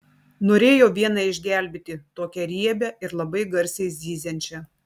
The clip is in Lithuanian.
norėjau vieną išgelbėti tokią riebią ir labai garsiai zyziančią